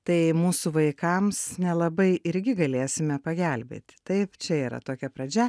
tai mūsų vaikams nelabai irgi galėsime pagelbėti taip čia yra tokia pradžia